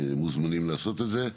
מוזמנים לעשות את זה.